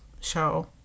show